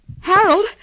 Harold